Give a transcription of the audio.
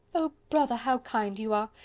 oh, brother, how kind you are!